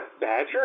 badger